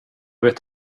vet